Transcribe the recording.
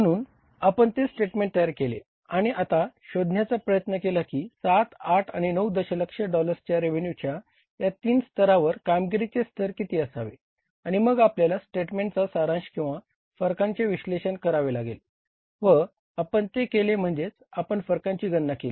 म्हणून आपण ते स्टेटमेंट तयार केले आणि आता शोधण्याचा प्रयत्न केला की सात आठ आणि नऊ दशलक्ष डॉलर्सच्या रेव्हेन्यूच्या करावे लागले व आपण ते केले म्हणजेच आपण फरकांची गणना केली